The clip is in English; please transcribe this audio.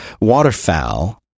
waterfowl